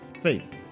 Faith